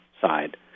side